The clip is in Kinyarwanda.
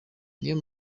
niyo